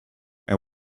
and